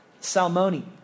Salmoni